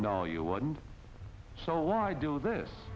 no you wouldn't so why do this